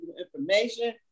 information